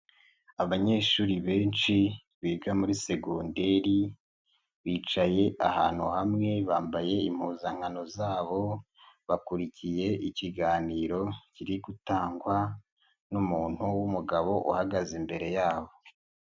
Abanyeshuri benshi biga muri segonderi bicaye ahantu hamwe bambaye impuzankano zabo, bakurikiye ikiganiro kiri gutangwa n'umuntu w'umugabo uhagaze imbere yabo.